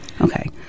Okay